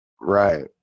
Right